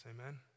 Amen